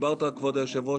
כבוד היו"ר,